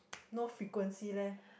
no frequency leh